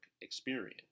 experience